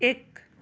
एक